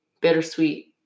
bittersweet